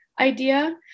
idea